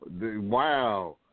wow